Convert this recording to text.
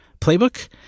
playbook